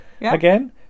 again